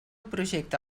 projecte